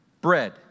bread